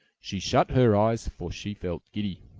she shut her eyes, for she felt giddy.